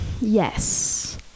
yes